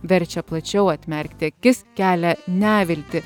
verčia plačiau atmerkti akis kelia neviltį